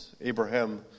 Abraham